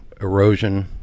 Erosion